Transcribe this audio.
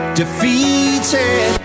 defeated